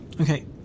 Okay